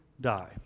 die